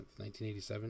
1987